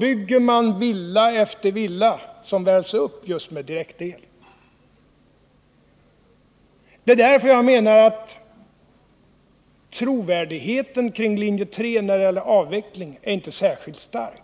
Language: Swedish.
byggs villa efter villa som värms upp med just direktel. Detta är anledningen till att jag menar att linje 3:s trovärdighet när det gäller avveckling inte är särskilt stark.